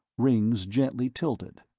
rings gently tilted.